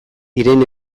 diren